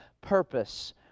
purpose